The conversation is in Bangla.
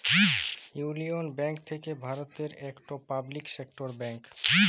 ইউলিয়ল ব্যাংক থ্যাকে ভারতের ইকট পাবলিক সেক্টর ব্যাংক